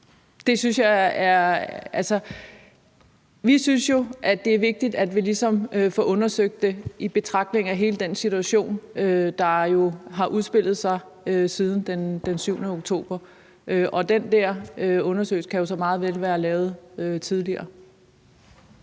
Vi synes, det er vigtigt, at vi ligesom får undersøgt det i betragtning af hele den situation, der har udspillet sig siden den 7. oktober, og den der undersøgelse kan jo så meget vel være lavet tidligere.